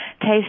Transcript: Taste